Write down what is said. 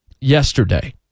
yesterday